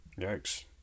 Yikes